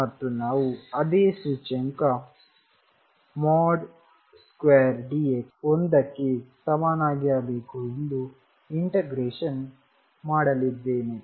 ಮತ್ತು ನಾವು ಅದೇ ಸೂಚ್ಯಂಕ ಮೋಡ್ ಸ್ಕ್ವೇರ್ dx 1 ಕ್ಕೆ ಸಮನಾಗಿರಬೇಕು ಎಂದು ಇಂಟಗ್ರೇಶನ್ ಮಾಡಲಿದ್ದೇನೆ